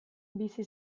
bizi